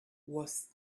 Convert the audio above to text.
was